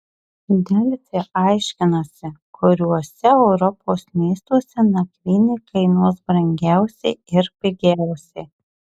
delfi aiškinasi kuriuose europos miestuose nakvynė kainuos brangiausiai ir pigiausiai